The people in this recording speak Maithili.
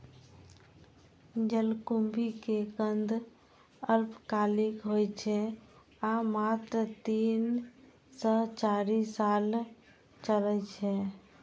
जलकुंभी के कंद अल्पकालिक होइ छै आ मात्र तीन सं चारि साल चलै छै